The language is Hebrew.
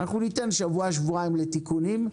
אנחנו ניתן שבוע-שבועיים לתיקונים,